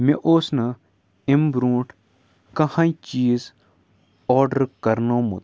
مےٚ اوس نہٕ اَمہِ برٛونٛٹھ کانٛہہ ہَے چیٖز آرڈر کَرنومُت